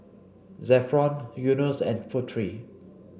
Zafran Yunos and Putri